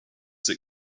that